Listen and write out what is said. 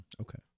okay